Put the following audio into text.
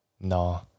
no